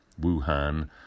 Wuhan